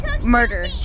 murder